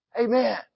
Amen